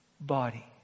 body